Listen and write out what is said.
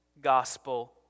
gospel